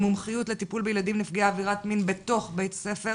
מומחיות לטיפול בילדים נפגעי עבירת מין בתוך בית הספר.